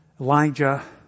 Elijah